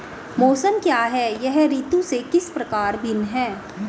मौसम क्या है यह ऋतु से किस प्रकार भिन्न है?